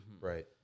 Right